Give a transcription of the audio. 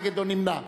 נגד או נמנע?